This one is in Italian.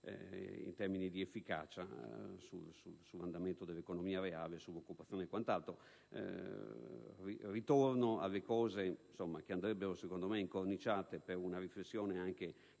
e di efficacia sull'andamento dell'economia reale, sull'occupazione e quant'altro. Ritorno ai punti che andrebbero, secondo me, incorniciati per una riflessione che